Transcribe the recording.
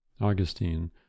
Augustine